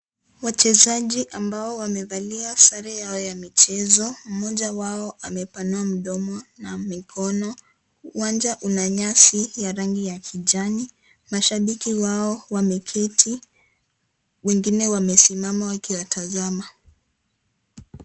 Wachezaji ambao wamevalia sare yao ya michezo mmoja wao amepanua mdomo na mikono. Uwanja una nyasi ya rangi ya kijani mashabiki wao wameketi wengine wamesimama wakiwatazama.